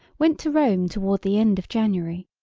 went to rome toward the end of january.